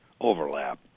overlap